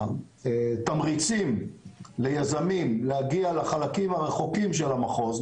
התמריצים ליזמים להגיע לחלקים הרחוקים של המחוז,